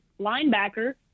linebacker